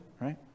right